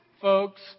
folks